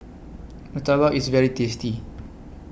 Murtabak IS very tasty